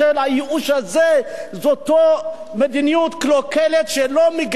זה אותה מדיניות קלוקלת שלא מגלה שום חמלה לאנשים.